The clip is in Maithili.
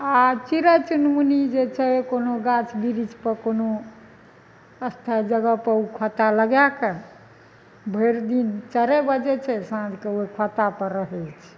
आ चिड़ै चुनमुनी जे छै कोनो गाछ बृक्ष पर कोनो स्थायी जगह पर ओ खोत्ता लगाके भरि दिन चरय बजय छै साँझके ओहि खोत्तापर रहै छै